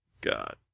god